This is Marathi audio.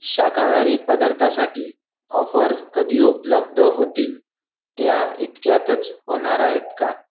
शाकाहारी पदार्थासाठी ऑफर कधी उपलब्ध होतील त्या इतक्यातच होणार आहेत का